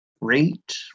Rate